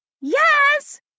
Yes